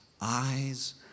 Eyes